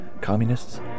communists